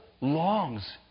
longs